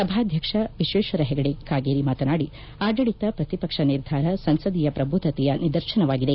ಸಭಾಧ್ಯಕ್ಷ ವಿಶ್ವೇಶ್ವರ ಹೆಗಡೆ ಕಾಗೇರಿ ಮಾತನಾಡಿ ಆಡಳಿತ ಪ್ರತಿಪಕ್ಷ ನಿರ್ಧಾರ ಸಂಸದೀಯ ಪ್ರಬುದ್ಧತೆಯ ನಿದರ್ಶನವಾಗಿದೆ